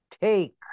take